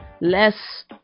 less